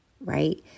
right